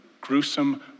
gruesome